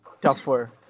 tougher